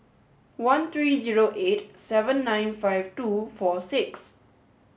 one three zero eight seven nine five two four six